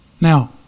Now